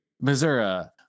Missouri